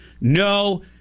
no